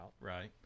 Right